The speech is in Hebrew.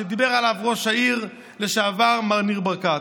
שדיבר עליו ראש העירייה לשעבר מר ניר ברקת.